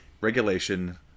regulation